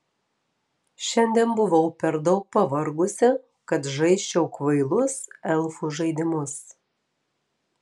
šiandien buvau per daug pavargusi kad žaisčiau kvailus elfų žaidimus